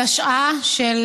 התשע"ה 2015,